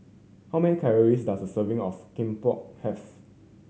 how many calories does a serving of Kimbap have